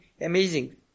amazing